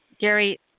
Gary